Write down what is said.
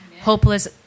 hopeless